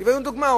הבאנו דוגמה.